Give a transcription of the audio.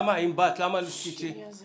אם באת אז למה תצאי בשמחה?